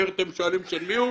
כששואלים של מי הוא,